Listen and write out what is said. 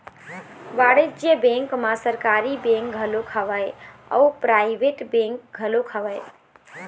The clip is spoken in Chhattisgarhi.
वाणिज्य बेंक म सरकारी बेंक घलोक हवय अउ पराइवेट बेंक घलोक हवय